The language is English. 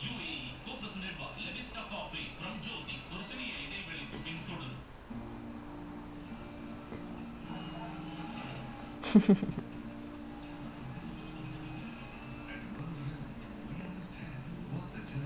elaina like indian then he trying to be so like you know all those err what ah oh shit now err zahad ego then foul then now oh my god that's actually err it's like double that guy really kick his err what also lah